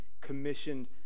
commissioned